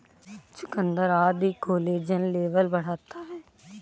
चुकुन्दर आदि collagen level बढ़ाता है